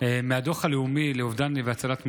מהדוח הלאומי לאובדן והצלת מזון,